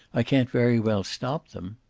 i can't very well stop them.